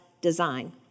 design